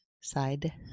Side